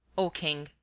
o king,